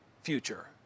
future